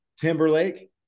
Timberlake